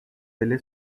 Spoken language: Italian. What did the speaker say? delle